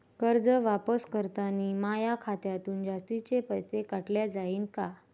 कर्ज वापस करतांनी माया खात्यातून जास्तीचे पैसे काटल्या जाईन का?